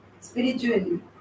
spiritually